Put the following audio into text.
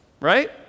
Right